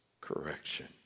correction